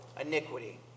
iniquity